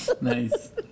nice